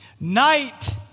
night